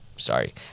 sorry